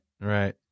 Right